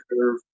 curve